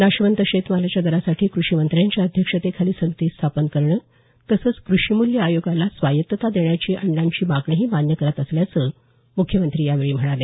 नाशवंत शेतमालाच्या दरासाठी कृषीमंत्र्यांच्या अध्यक्षतेखाली समिती स्थापन करणं तसंच कृषीमूल्य आयोगाला स्वायत्तता देण्याची अण्णांची मागणीही मान्य करत असल्याचं मुख्यमंत्री यावेळी म्हणाले